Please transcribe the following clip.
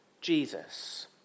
Jesus